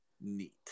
neat